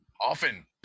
often